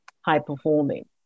high-performing